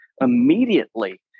immediately